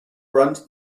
runs